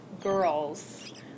girls